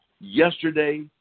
yesterday